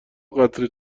قطره